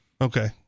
Okay